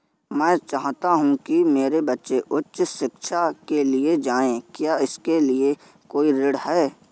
मैं चाहता हूँ कि मेरे बच्चे उच्च शिक्षा के लिए जाएं क्या इसके लिए कोई ऋण है?